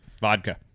vodka